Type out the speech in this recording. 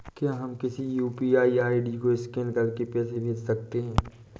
क्या हम किसी यू.पी.आई आई.डी को स्कैन करके पैसे भेज सकते हैं?